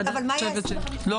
מה הם ה-25%?